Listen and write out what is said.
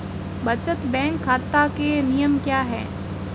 बचत बैंक खाता के नियम क्या हैं?